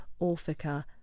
Orphica